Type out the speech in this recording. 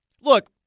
Look